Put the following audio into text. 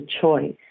choice